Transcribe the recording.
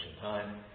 time